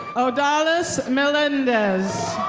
odalis melendez.